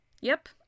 Yep